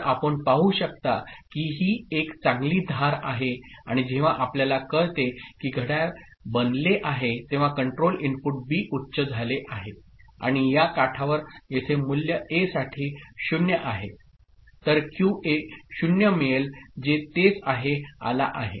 तर आपण पाहू शकता की ही एक चांगली धार आहे आणि जेव्हा आपल्याला कळते की घड्याळ बनले आहे तेव्हा कंट्रोल इनपुट बी उच्च झाले आहे आणि या काठावर येथे मूल्य ए साठी 0 आहे तर क्यूए 0 मिळेल जे तेच आहे आला आहे